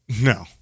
no